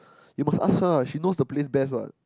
you must ask her she knows the place best what